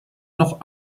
noch